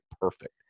perfect